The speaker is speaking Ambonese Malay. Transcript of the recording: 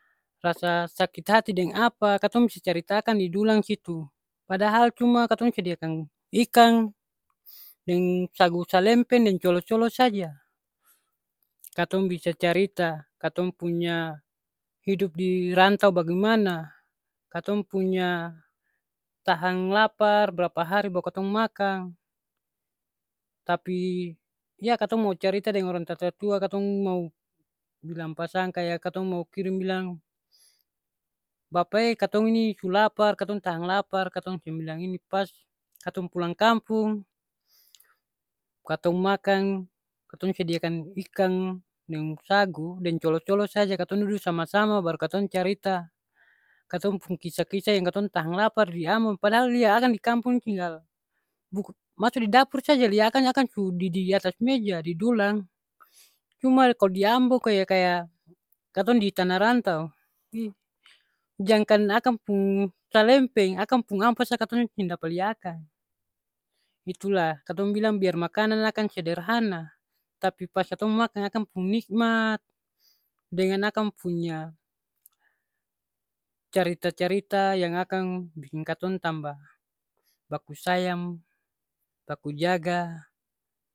Rasa sakit hati deng apa, katong bisa carita akang di dulang situ. Padahal katong cuma sediakan ikang deng sagu salempeng deng colo-colo saja. Katong bisa carita katong pung hidop di rantau bagemana. Katong punya tahang lapar, brapa hari baru katong makang, tapi ya katong mo carita deng orang tatua-tatua katong mau bilang pasang kaya katong mau kirim bilang bapa e katong ini su lapar, katong tahang lapar, katong seng bilang ini, pas katong pulang kampung, katong makang, katong sediakan ikang deng sagu deng colo-colo saja katong dudu sama-sama baru katong carita katong pung kisah-kisah yang katong tahang lapar di ambon, padahal lia akang di kampung tinggal masu di dapur saja lia akang lai akang su di atas meja, di dulang. Cuma kal di ambon kaya kaya katong di tanah rantau. Wi, jang kan akang pung salempeng, akang pung ampas sa katong seng dapa lia akang. Itulah katong bilang biar makanan la akang sederhana, tapi pas katong makang akang pung nikmat, dengan akang punya carita-carita yang akang biking katong tamba baku sayang, baku jaga.